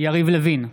יריב לוין,